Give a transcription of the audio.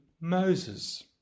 Moses